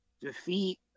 defeat